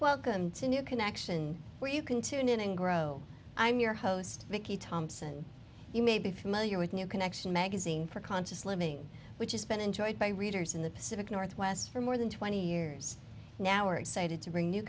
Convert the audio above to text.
new connection where you can tune in and grow i'm your host vicky thompson you may be familiar with new connection magazine for conscious living which has been enjoyed by readers in the pacific northwest for more than twenty years now are excited to